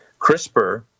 CRISPR